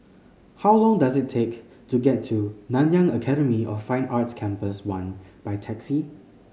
how long does it take to get to Nanyang Academy of Fine Arts Campus One by taxi